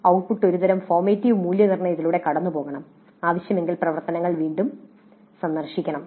output ഒരുതരം formative മൂല്യനിർണ്ണയത്തിലൂടെ കടന്നുപോകണം ആവശ്യമെങ്കിൽ പ്രവർത്തനങ്ങൾ വീണ്ടും സന്ദർശിക്കണം